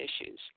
issues